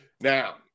Now